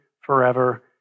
forever